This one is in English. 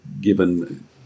given